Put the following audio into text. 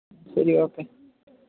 ശരി ഓക്കെ